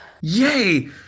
Yay